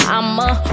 I'ma